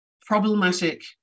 problematic